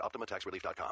OptimaTaxRelief.com